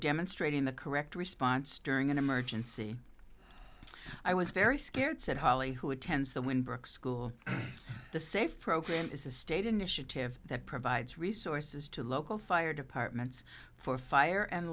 demonstrating the correct response during an emergency i was very scared said holly who attends the when brook school the safe program is a state initiative that provides resources to local fire departments for fire and